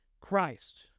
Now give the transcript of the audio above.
Christ